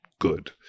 good